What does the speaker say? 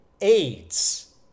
aids